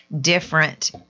different